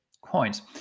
coins